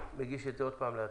עוד פעם להצבעה.